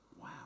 Wow